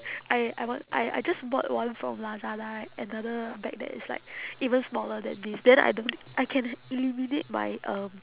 I I want I I just bought one from lazada right another bag that is like even smaller than this then I don't need I can eliminate my um